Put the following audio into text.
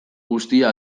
guztia